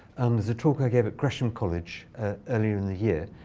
um there's a talk i gave at gresham college earlier in the year.